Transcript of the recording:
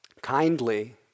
Kindly